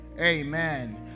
Amen